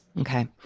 Okay